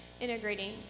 integrating